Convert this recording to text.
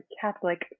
Catholic